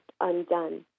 undone